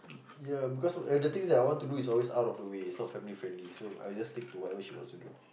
ya because of the thing is that I wanted to do is always out of the way is not family friendly so I'll just stick to whatever she wants to do